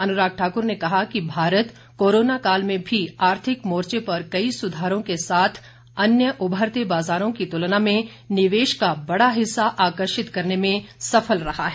अनुराग ठाकुर ने कहा कि भारत कोरोना काल में भी आर्थिक मोर्चे पर कई सुधारों के साथ अन्य उभरते बाज़ारों की तुलना में निवेश का बड़ा हिस्सा आकर्षित करने में सफल रहा है